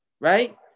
right